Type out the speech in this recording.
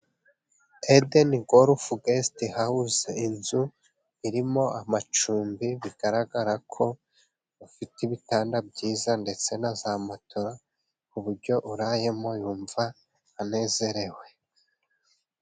Edeni gorufe gesiti hawuze, inzu irimo amacumbi bigaragara ko bafite ibitanda byiza, ndetse na za motora ku buryo urayemo yumva anezerewe.